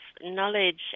knowledge